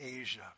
Asia